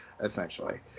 essentially